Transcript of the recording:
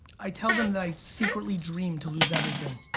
i tell them that i secretly dream to lose everything.